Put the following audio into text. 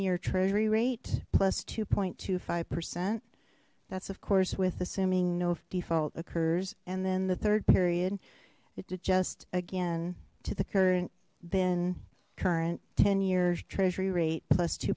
year treasury rate plus two point two five percent that's of course with assuming no default occurs and then the third period it adjust again to the current been current ten years treasury rate plus two